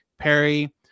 Perry